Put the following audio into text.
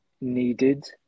needed